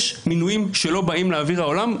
יש מינויים שלא באים לאוויר העולם,